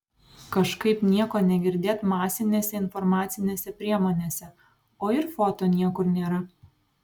kažkaip nieko negirdėt masinėse informacinėse priemonėse o ir foto niekur nėra